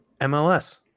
MLS